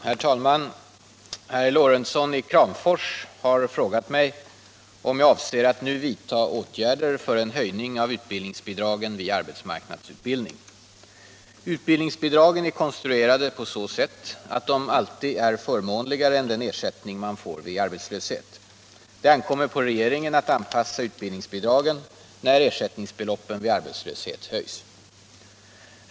Herr talman! Herr Lorentzon i Kramfors har frågat mig om jag avser att nu vidta åtgärder för en höjning av utbildningsbidragen vid arbetsmarknadsutbildning. Utbildningsbidragen är konstruerade på så sätt att de alltid är förmånligare än den ersättning man får vid arbetslöshet. Det ankommer på regeringen att anpassa utbildningsbidragen när ersättningsbeloppen vid arbetslöshet höjs.